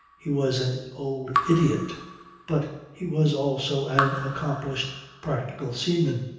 he was an old idiot but he was also an accomplished practical seaman.